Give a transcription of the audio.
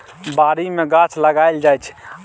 बारी मे गाछ लगाएल जाइ छै